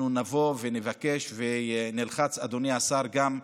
נבוא ונבקש ונלחץ, אדוני השר, גם עליכם,